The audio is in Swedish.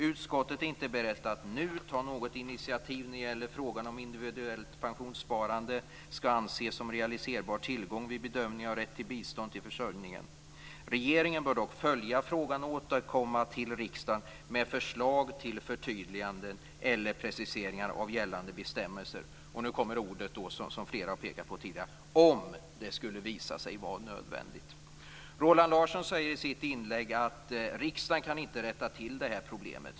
"Utskottet är inte berett att nu ta något initiativ när det gäller frågan om individuellt pensionssparande skall anses som realiserbar tillgång vid bedömningen av rätt till bistånd till försörjningen. Regeringen bör dock följa frågan och återkomma till riksdagen med förslag till förtydliganden eller preciseringar av gällande bestämmelser" - och nu kommer de ord som många pekat på - "om det skulle visa sig nödvändigt." Roland Larsson säger i sitt inlägg att riksdagen inte kan rätta till problemet.